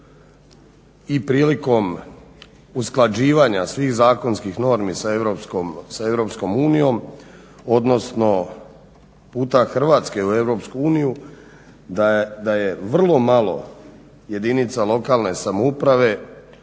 i prilikom usklađivanja svih zakonskih normi sa Europskom unijom, odnosno puta Hrvatske u Europsku uniju da je vrlo malo jedinica lokalne samouprave,